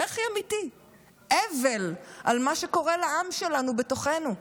בכי אמיתי, אֵבֶל על מה שקורה לעם שלנו בתוכנו.